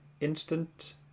instant